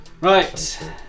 Right